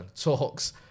talks